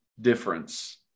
difference